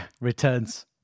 returns